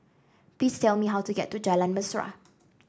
please tell me how to get to Jalan Mesra